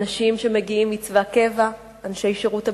אנשים שמגיעים מצבא הקבע, אנשי שירות הביטחון.